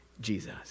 Jesus